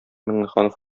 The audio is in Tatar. миңнеханов